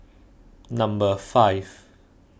number five